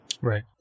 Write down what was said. Right